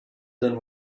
than